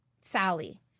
Sally